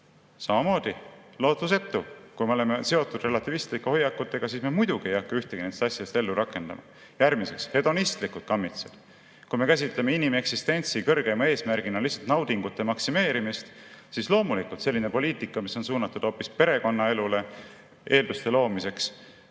Samamoodi, lootusetu. Kui me oleme seotud relativistlike hoiakutega, siis me muidugi ei hakka ühtegi nendest asjadest ellu rakendama. Järgmiseks, hedonistlikud kammitsad. Kui me käsitleme inimeksistentsi kõrgeima eesmärgina lihtsalt naudingute maksimeerimist, siis loomulikult selline poliitika, mis on suunatud hoopis perekonnaelu eelduste loomiseks,